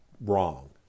wrong